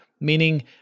meaning